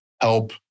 help